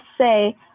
say